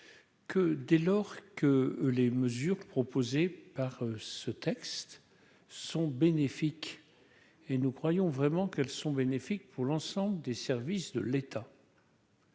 que dès lors que les mesures proposées par ce texte sont bénéfiques et nous croyons vraiment qu'elles sont bénéfiques pour l'ensemble des services de l'État.